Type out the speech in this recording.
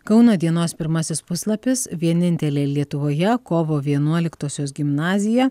kauno dienos pirmasis puslapis vienintelė lietuvoje kovo vienuoliktosios gimnazija